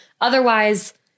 Otherwise